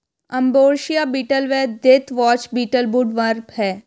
ambrosia beetle व deathwatch beetle woodworm हैं